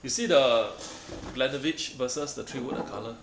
you see the Glenfiddich versus the Three Wood the colour